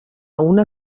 una